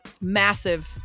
massive